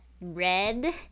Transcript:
red